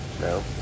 No